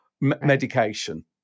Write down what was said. medication